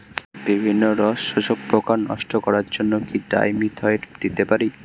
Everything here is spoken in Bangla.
বিভিন্ন রস শোষক পোকা নষ্ট করার জন্য কি ডাইমিথোয়েট দিতে পারি?